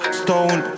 stone